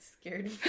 scared